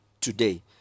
today